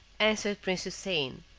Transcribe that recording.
answered prince houssain,